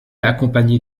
accompagner